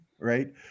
Right